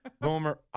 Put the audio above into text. Boomer